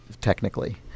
technically